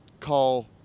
call